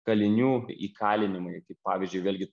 kalinių įkalinimui kaip pavyzdžiui vėlgi